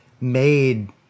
made